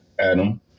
Adam